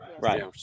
Right